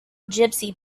gypsy